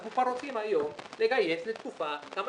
אנחנו כבר רוצים היום לגייס לתקופה כמה